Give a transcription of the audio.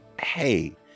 hey